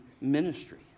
ministry